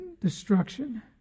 destruction